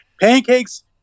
pancakes